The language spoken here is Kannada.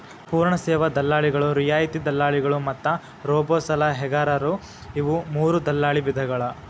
ಪೂರ್ಣ ಸೇವಾ ದಲ್ಲಾಳಿಗಳು, ರಿಯಾಯಿತಿ ದಲ್ಲಾಳಿಗಳು ಮತ್ತ ರೋಬೋಸಲಹೆಗಾರರು ಇವು ಮೂರೂ ದಲ್ಲಾಳಿ ವಿಧಗಳ